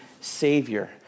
Savior